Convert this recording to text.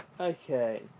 Okay